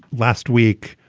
last week,